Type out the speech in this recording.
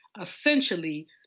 essentially